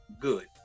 good